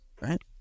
right